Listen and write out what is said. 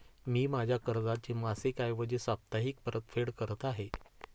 मी माझ्या कर्जाची मासिक ऐवजी साप्ताहिक परतफेड करत आहे